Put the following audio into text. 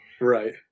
right